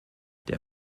der